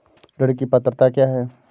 ऋण की पात्रता क्या है?